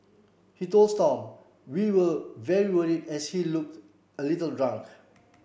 he told Stomp we were as he looked a little drunk